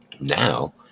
Now